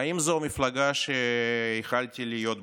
האם זו המפלגה שייחלתי להיות בה?